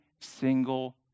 single